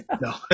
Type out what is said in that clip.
No